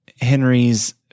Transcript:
Henry's